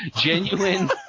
genuine